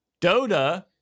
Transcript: Dota